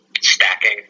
stacking